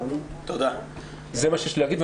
זה מה שיש לי להגיד,